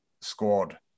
squad